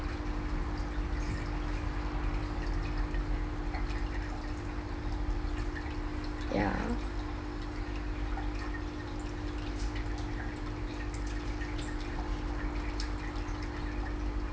ya